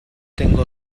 tengo